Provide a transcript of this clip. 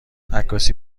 عکاسی